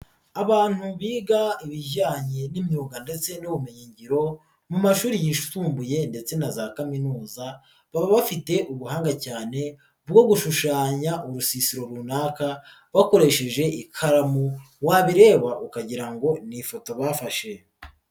Abantu biga ibijyanye n'imyuga ndetse n'ubumenyingiro mu mashuri yisumbuye ndetse na za kaminuza, baba bafite ubuhanga cyane bwo gushushanya urusisiro runaka bakoresheje ikaramu, wabireba ukagira ngo ni ifoto bafashe.